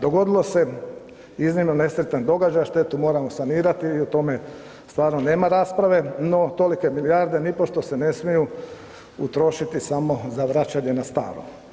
Dogodilo se iznimno nesretan događaj, a štetu moramo sanirati i o tome stvarno nema rasprave, no tolike milijarde nipošto se ne smiju utrošiti samo za vraćanje na staro.